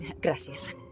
gracias